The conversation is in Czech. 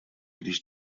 když